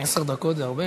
עשר דקות זה הרבה.